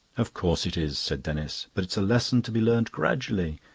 of course it is, said denis. but it's a lesson to be learnt gradually.